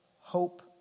hope